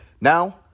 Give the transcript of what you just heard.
Now